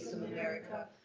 of america,